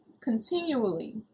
continually